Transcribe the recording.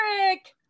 eric